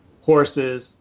horses